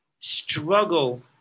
struggle